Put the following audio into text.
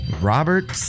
Robert